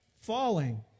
falling